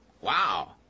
Wow